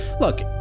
Look